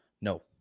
No